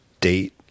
date